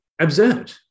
absurd